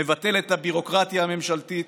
מבטל את הביורוקרטיה הממשלתית,